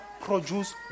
produce